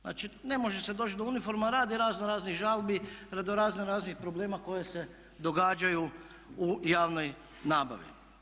Znači ne može se doći do uniforma radi razno raznih žalbi, radi razno raznih problema koje se događaju u javnoj nabavi.